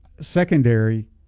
Secondary